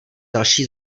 další